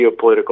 geopolitical